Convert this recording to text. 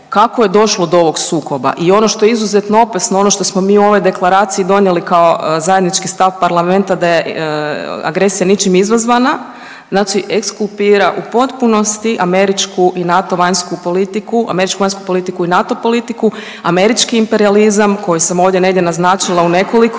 kako je došlo do ovog sukoba i ono što je izuzetno opasno, ono što smo mi u ovoj Deklaraciji donijeli kao zajednički stav parlamenta da je agresija ničim izazvana, znači ekskulpira u potpunosti američku i NATO vanjsku politiku, američku vanjsku politika i NATO politiku, američki imperijalizam koji sam ovdje negdje naznačila u nekoliko